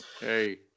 hey